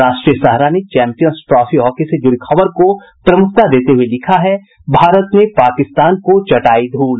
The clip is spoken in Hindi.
राष्ट्रीय सहारा ने चैंपियन्स ट्रॉफी हॉकी से जुड़ी खबर को प्रमुखता देते हुये लिखा है भारत ने पाकिस्तान को चटाई धूल